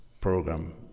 program